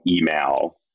email